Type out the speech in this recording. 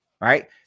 right